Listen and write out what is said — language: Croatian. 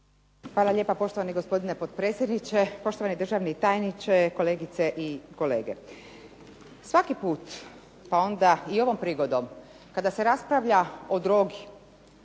Hvala lijepa. Poštovani gospodine potpredsjedniče, poštovani državni tajniče, kolegice i kolege. Svaki put pa onda i ovom prigodom kada se raspravlja o drogi,